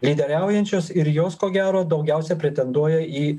lyderiaujančios ir jos ko gero daugiausia pretenduoja į